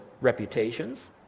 reputations